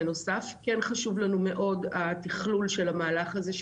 חשוב לנו מאוד התכלול של המהלך הזה,